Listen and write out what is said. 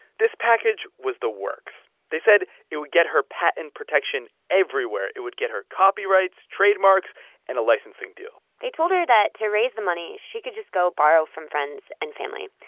this package was the works. they said it would get her patent protection everywhere. it would get her copyrights, trademarks and a licensing deal they told her that to raise the money, she could just go borrow from friends and family.